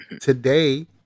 today